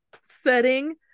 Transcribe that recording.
setting